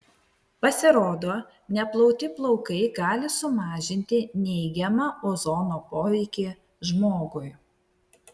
pasirodo neplauti plaukai gali sumažinti neigiamą ozono poveikį žmogui